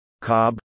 Cobb